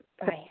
Bye